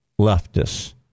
leftists